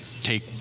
take